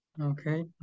Okay